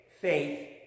faith